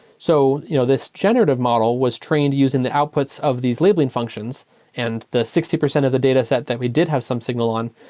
so you know this generative model was trained using the outputs of these labeling functions and the sixty percent of the dataset that we did have some signal on,